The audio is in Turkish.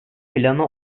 planı